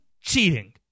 cheating